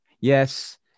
Yes